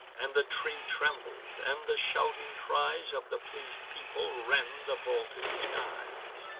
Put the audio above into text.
and the tree trembled, and the shouting cries of the pleas'd people rend the vaulted skies.